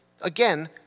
Again